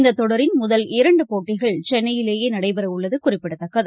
இந்ததொடரின் முதல் இரண்டுபோட்டிகள் சென்னையிலேயேநடைபெறஉள்ளதுகுறிப்பிடத்தக்கது